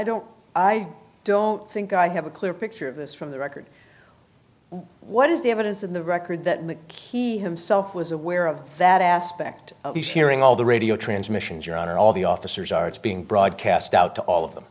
don't i don't think i have a clear picture of this from the record what is the evidence in the record that key himself was aware of that aspect of these hearing all the radio transmissions your honor all the officers are it's being broadcast out to all of them